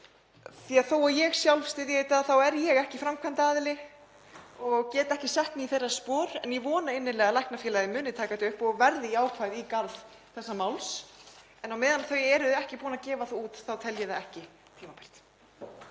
því að þótt ég sjálf styðji þetta er ég ekki framkvæmdaraðili og get ekki sett mig í þeirra spor. En ég vona innilega að Læknafélagið muni taka þetta upp og verði jákvætt í garð þessa máls, en á meðan þau eru ekki búin að gefa það út þá tel ég þetta ekki tímabært.